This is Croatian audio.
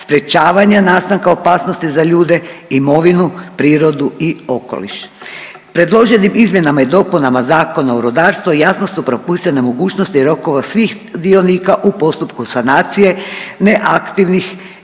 sprječavanja nastanka opasnosti za ljude, imovinu, prirodu i okoliš. Predloženim izmjenama i dopunama Zakona o rudarstvu, jasno su propisane mogućnosti rokova svih dionika u postupku sanacije neaktivnih